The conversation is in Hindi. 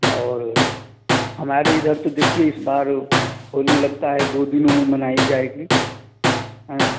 और हमारे इधर तो देखिए इस बार होली लगता है दो दिनों में मनाई जाएगी आएँ